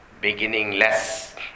beginningless